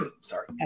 Sorry